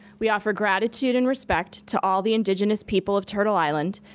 we offer gratitude and respect to all the indigenous people of turtle island,